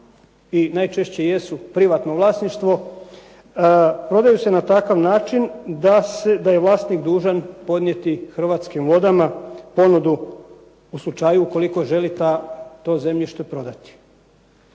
i najčešće jesu privatno vlasništvo, prodaju se na takav način da je vlasnik dužan podnijeti "Hrvatskim vodama" ponudu u slučaju ukoliko želi to zemljište prodati.